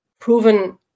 proven